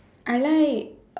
I like